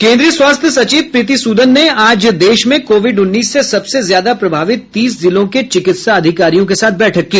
केन्द्रीय स्वास्थ्य सचिव प्रीति सूदन ने आज देश में कोविड उन्नीस से सबसे ज्यादा प्रभावित तीस जिलों के चिकित्सा अधिकारियों के साथ बैठक की